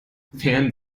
während